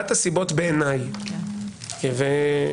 בעיניי אחת הסיבות,